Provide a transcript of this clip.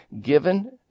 given